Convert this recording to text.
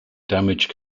damage